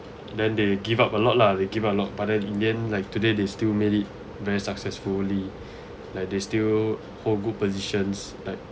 then they give up a lot lah they give a lot but then in the end like today they still made it very successfully like they still hold good positions like